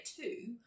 two